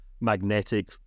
magnetic